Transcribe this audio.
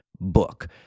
book